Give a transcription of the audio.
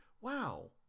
wow